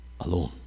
alone